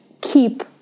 keep